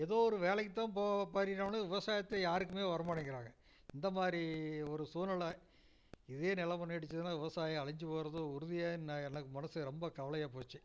ஏதோ ஒரு வேலைக்கு தான் போக படிக்கிறான்வோ விவசாயத்தை யாருக்குமே வர மாட்டேங்கிறாங்க இந்த மாதிரி ஒரு சூழ்நெல இதே நெலமை நீடிச்சுதுனா விவசாயம் அழிஞ்சு போகிறது உறுதியாக என்ன எனக்கு மனசு ரொம்ப கவலையாக போச்சு